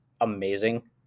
amazing